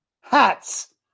hats